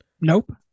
Nope